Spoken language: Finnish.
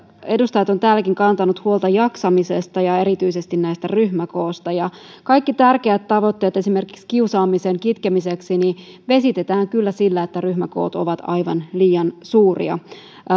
edustajat ovat täälläkin kantaneet huolta jaksamisesta ja erityisesti ryhmäkoosta kaikki tärkeät tavoitteet esimerkiksi kiusaamisen kitkemiseksi vesitetään kyllä sillä että ryhmäkoot ovat aivan liian suuria